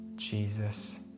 Jesus